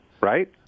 Right